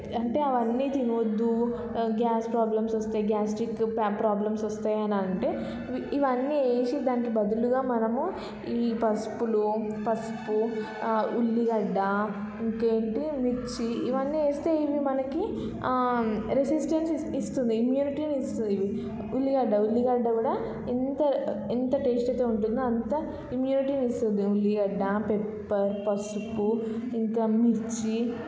అంటే అవన్నీ తినద్దు గ్యాస్ ప్రాబ్లమ్స్ వస్తే గ్యాస్ట్రిక్ ప్రాబ్లమ్స్ వస్తాయి అంటే ఇవన్ని వేసి దాని బదులుగా మనము ఈ పసుపులో పసుపు ఉల్లిగడ్డ ఇంకా ఏంటి మిర్చి ఇవన్నీ వేస్తే ఇవి మనకు రెసిస్టెన్స్ ఇస్తుంది ఇమ్యూనిటీ ఇస్తుంది ఉల్లిగడ్డ ఉల్లిగడ్డ కూడా ఎంతో ఎంత టేస్ట్తో ఉంటుందో అంత ఇమ్యూనిటీని ఇస్తుంది ఉల్లిగడ్డ పెప్పర్ పసుపు ఇంకా మిర్చి